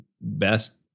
best